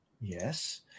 yes